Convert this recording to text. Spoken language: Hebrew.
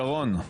שרון,